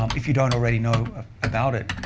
um if you don't already know about it,